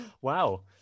Wow